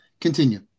Continue